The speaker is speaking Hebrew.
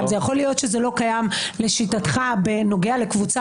יכול להיות שזה לא קיים לשיטתך בנוגע לקבוצה